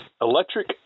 Electric